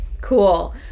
Cool